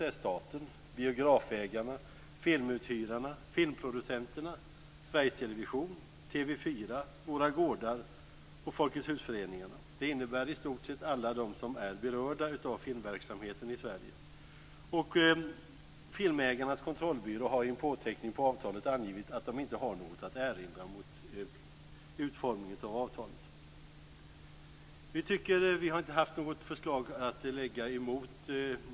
Husföreningarna innebär att i stort sett alla de som är berörda av filmverksamheten i Sverige deltar. Filmägarnas kontrollbyrå har genom påteckning på avtalet angivit att den inte har något att erinra mot utformningen av avtalet. Vi har inte lagt fram något motförslag.